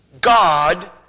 God